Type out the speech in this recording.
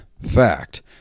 fact